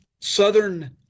Southern